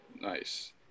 Nice